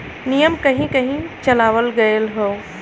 नियम कहीं कही चलावल गएल हौ